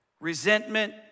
resentment